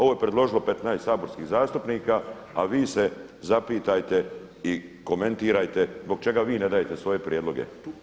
Ovo je predložilo 15 saborskih zastupnika, a vi se zapitajte i komentirajte zbog čega vi ne dajete svoje prijedloge.